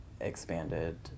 expanded